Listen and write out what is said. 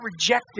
rejected